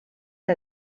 que